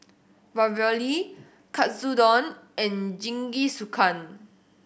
Ravioli Katsudon and Jingisukan